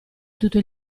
tutto